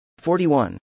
41